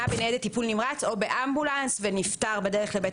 בניידת טיפול נמרץ או באמבולנס ונפטר בדרך לבית